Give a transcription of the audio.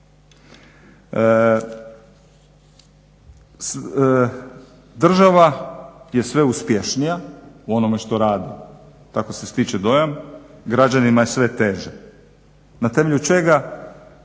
Država je sve uspješnija u onom što radi, tako se stiče dojam, građanima je sve teže. Na temelju čega